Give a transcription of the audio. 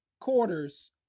quarters